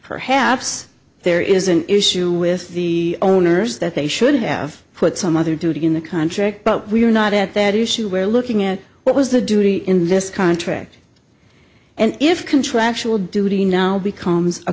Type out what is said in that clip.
perhaps there is an issue with the owners that they should have put some other duties in the contract but we're not at that issue we're looking at what was the duty in this contract and if contractual duty now becomes a